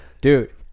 dude